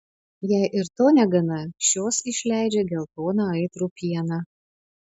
jei ir to negana šios išleidžia geltoną aitrų pieną